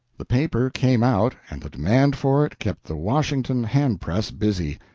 the paper came out, and the demand for it kept the washington hand-press busy.